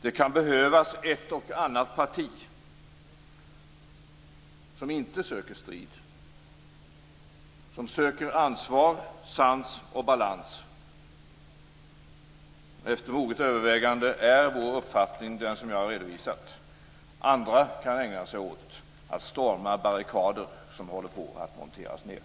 Det kan behövas ett och annat parti som inte söker strid utan söker ansvar, sans och balans. Efter moget övervägande är vår uppfattning den som jag har redovisat, nämligen att andra kan ägna sig åt att storma barrikader som håller på att monteras ned.